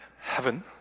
heaven